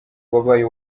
wabaye